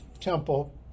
temple